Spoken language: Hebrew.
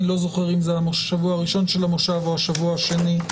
אני לא זוכר אם הדיון הבא שלנו בשבוע הראשון של המושב או בשבוע השני.